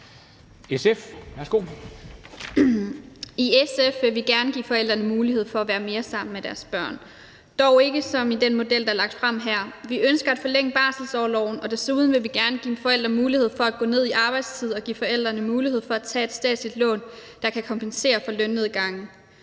(SF): I SF vil vi gerne give forældrene mulighed for at være mere sammen med deres børn, dog ikke som i den model, der er lagt frem her. Vi ønsker at forlænge barselsorloven, og desuden vil vi gerne give forældre mulighed for at gå ned i arbejdstid og give forældre mulighed for at tage et statsligt lån, der kan kompensere for lønnedgangen.